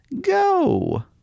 go